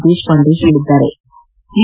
ದೇಶಪಾಂಡೆ ಹೇಳದ್ದಾರೆ